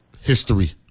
history